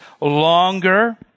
longer